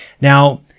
Now